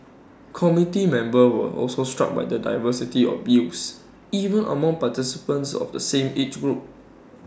committee members were also struck by the diversity of views even among participants of the same age group